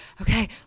okay